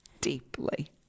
deeply